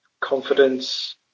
confidence